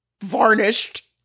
varnished